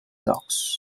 blocks